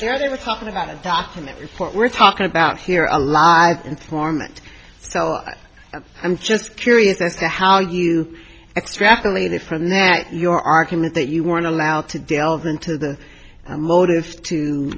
where they were talking about documents we're talking about here alive informant so i'm just curious as to how you extrapolated from that your argument that you weren't allowed to delve into the motive to